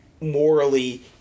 morally